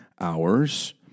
hours